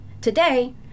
Today